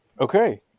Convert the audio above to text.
Okay